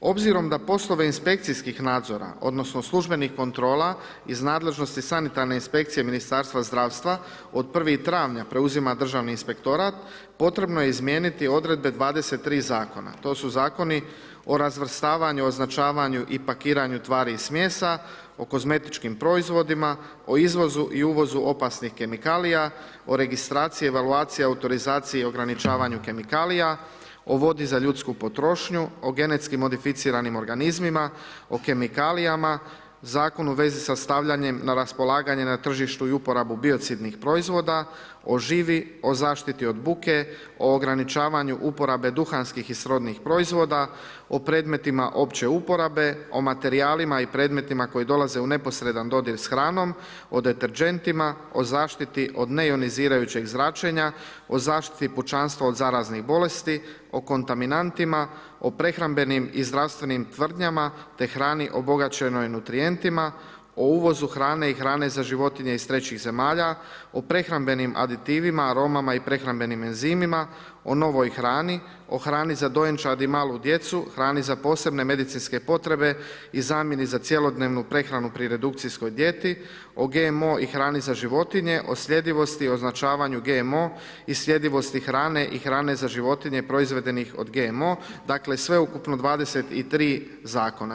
Obzirom da poslove inspekcijskih nadzora, odnosno službenih kontrola iz nadležnosti sanitarne inspekcije Ministarstva zdravstva od 1. travnja preuzima Državni inspektorat potrebno je izmijeniti odredbe 23 zakona, to su zakoni o razvrstavanju, označavanju i pakiranju tvari i smjesa, o kozmetičkim proizvodima, o izvozu i uvozu opasnih kemikalija, o registraciji, evaluaciji, autorizaciji i ograničavanju kemikalija, o vodi za ljudsku potrošnju, o genetski modificiranim organizmima, o kemikalijama, Zakon u vezi sa stavljanjem na raspolaganje na tržištu i uporabu biocidnih proizvoda, o živi, o zaštiti od buke, o ograničavanju uporabe duhanskih i srodnih proizvoda, o predmetima opće uporabe, o materijalima i predmetima koji dolaze u neposredan dodir s hranom, o deterđentima, o zaštiti od neionizirajućeg zračenja, o zaštiti pučanstva od zaraznih bolesti, o kontaminantima, o prehrambenim i zdravstvenim tvrdnjama te hrani obogaćenoj nutrijentima, o uvozu hrane i hrane za životinje iz trećih zemalja, o prehrambenim aditivima, aromama i prehrambenim enzimima, o novoj hrani, o hrani za dojenčad i malu djecu, hrani za posebne medicinske potrebe i zamjeni za cjelodnevnu prehranu pri redukcijskoj dijeti, o GMO i hrani za životinje, o sljedivosti i označavanju GMO i sljedivosti hrane i hrane za životinje proizvedenih od GMO, dakle sveukupno 23 zakona.